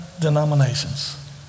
denominations